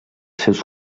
seus